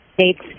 States